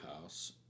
House